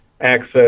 access